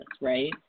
right